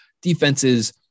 defenses –